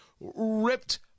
ripped